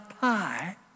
pie